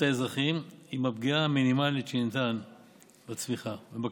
האזרחים עם הפגיעה המינימלית שניתן בצמיחה ובכלכלה.